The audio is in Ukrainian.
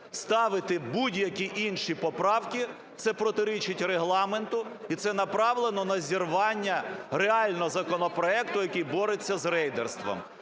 ставити будь-які інші поправки. Це протирічить Регламенту і це направлено на зірвання реально законопроекту, який бореться з рейдерством.